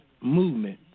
movement